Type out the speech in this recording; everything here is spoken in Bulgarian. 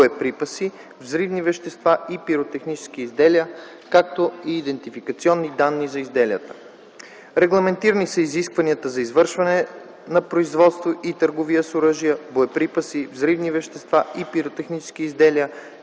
боеприпаси, взривни вещества и пиротехнически изделия, както и идентификационни данни за изделията. Регламентирани са изискванията за извършване на производство и търговия на оръжия, боеприпаси, взривни вещества и пиротехнически изделия,